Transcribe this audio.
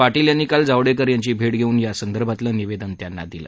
पाटील यांनी काल जावडेकर यांची भेट घेऊन या संदर्भातलं निवेदन त्यांना दिलं